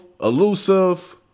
Elusive